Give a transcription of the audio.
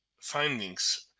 findings